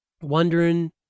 wondering